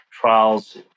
trials